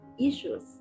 issues